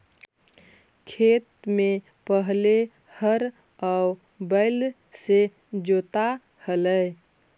खेत में पहिले हर आउ बैल से जोताऽ हलई